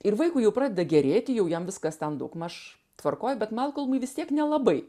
ir vaikui jau pradeda gerėti jau jam viskas ten daugmaž tvarkoj bet malkolmui vis tiek nelabai